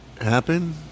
happen